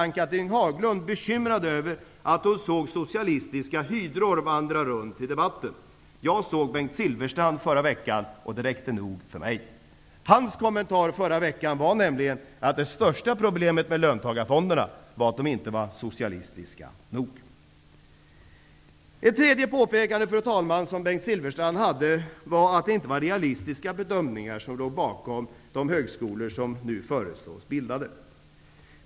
Haglund bekymrad över att hon såg socialistiska hydror vandra runt i debatten. Jag såg Bengt Silfverstrand förra veckan, och det räckte för mig. Hans kommentar då var nämligen att det största problemet med löntagarfonderna var att de inte var socialistiska nog! Ett tredje påpekande som Bengt Silfverstrand gjorde var att det inte var realistiska bedömningar som låg bakom de högskolor som enligt förslaget nu skall bildas.